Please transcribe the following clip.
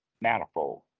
manifold